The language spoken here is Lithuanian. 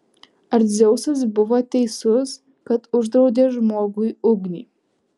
ar dzeusas buvo teisus kad uždraudė žmogui ugnį